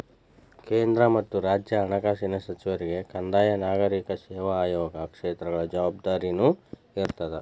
ಕೇಂದ್ರ ಮತ್ತ ರಾಜ್ಯ ಹಣಕಾಸಿನ ಸಚಿವರಿಗೆ ಕಂದಾಯ ನಾಗರಿಕ ಸೇವಾ ಆಯೋಗ ಕ್ಷೇತ್ರಗಳ ಜವಾಬ್ದಾರಿನೂ ಇರ್ತದ